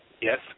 Yes